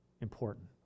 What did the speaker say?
important